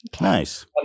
Nice